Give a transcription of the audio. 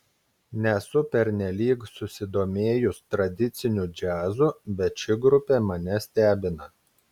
nesu pernelyg susidomėjus tradiciniu džiazu bet ši grupė mane stebina